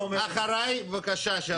חבל שאתה אומר את זה.